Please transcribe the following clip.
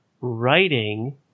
writing